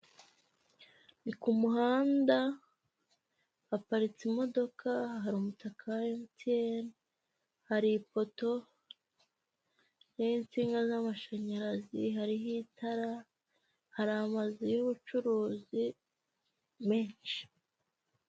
Ni ku muhanda, haparitse imodoka, hari umutaka wa MTN, hari ipoto, ririho insinga z'amashanyarazi, hariho itara, hari amazu y'ubucuruzi menshi.